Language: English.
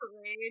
Parade